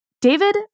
David